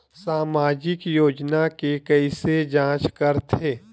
सामाजिक योजना के कइसे जांच करथे?